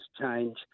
change